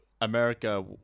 America